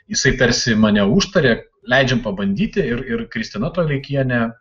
jisai tarsi mane užtarė leidžiam pabandyti ir ir kristina toleikienė mano mano